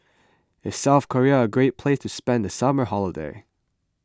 is South Korea a great place to spend the summer holiday